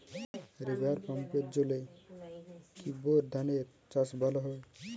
River পাম্পের জলে কি বোর ধানের চাষ ভালো হয়?